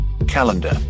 Calendar